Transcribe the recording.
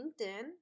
LinkedIn